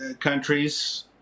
countries